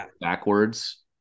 backwards